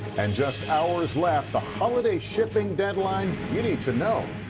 and just hours left. the holiday shipping deadline you need to know